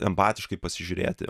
empatiškai pasižiūrėti